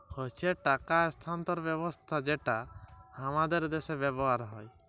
হচ্যে টাকা স্থানান্তর ব্যবস্থা যেটা হামাদের দ্যাশে ব্যবহার হ্যয়